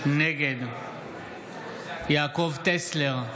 נגד יעקב טסלר,